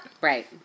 Right